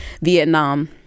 Vietnam